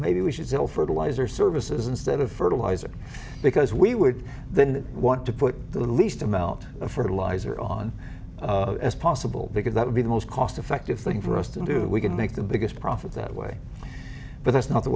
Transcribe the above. maybe we should still fertiliser services instead of fertilizer because we would then want to put the least amount fertilizer on as possible because that would be the most cost effective thing for us to do we could make the biggest profit that way but that's not the